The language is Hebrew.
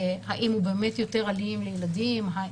האם הוא באמת יותר אלים לילדים וכולי.